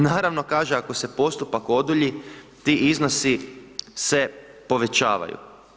Naravno, kaže, ako se postupak odulju, ti iznosi se povećavaju.